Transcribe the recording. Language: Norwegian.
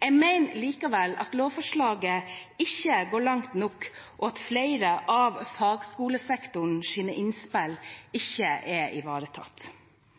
Jeg mener likevel at lovforslaget ikke går langt nok, og at flere av fagskolesektorens innspill ikke er ivaretatt.